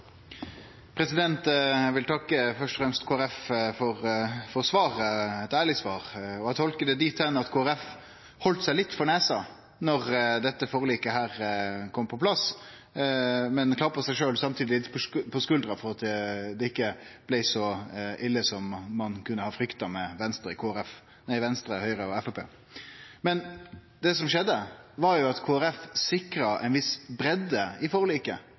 debatt. Eg vil først og fremst takke Kristeleg Folkeparti for eit ærleg svar. Eg tolkar det dit hen at Kristeleg Folkeparti heldt seg litt for nasen da dette forliket kom på plass, men samtidig klappa seg sjølve litt på skuldra for at det ikkje blei så ille som ein kunne ha frykta med Venstre, Høgre og Framstegspartiet. Det som skjedde, var at Kristeleg Folkeparti sikra ei viss breidd i forliket,